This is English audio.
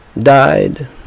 died